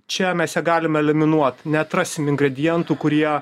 čia mes ją galim eliminuot neatrasim ingredientų kurie